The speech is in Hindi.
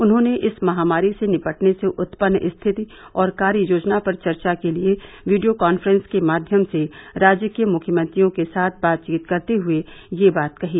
उन्होंने इस महामारी से निपटने से उत्यन्न स्थिति और कार्य योजना पर चर्चा के लिए वीडियो काफ्रेंस के माध्यम से राज्य के मुख्यमंत्रियों के साथ बातचीत करते हए ये बात कही